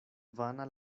vana